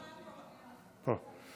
פה.